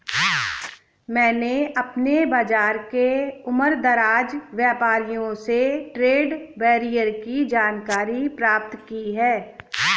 मैंने अपने बाज़ार के उमरदराज व्यापारियों से ट्रेड बैरियर की जानकारी प्राप्त की है